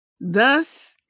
Thus